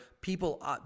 people